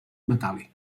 metàl·lic